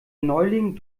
neuling